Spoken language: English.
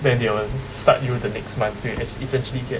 then they will start you the next month so you actually actually get